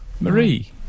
Marie